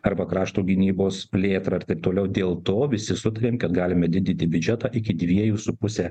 arba krašto gynybos plėtrą ir taip toliau dėl to visi sutarėm kad galime didinti biudžetą iki dviejų su puse